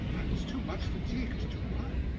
i was too much fatigued to run,